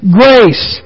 grace